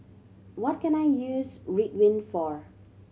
what can I use Ridwind for